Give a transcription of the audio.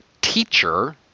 teacher